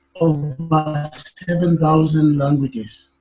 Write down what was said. um seven thousand languages.